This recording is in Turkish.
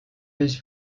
beş